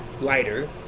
lighter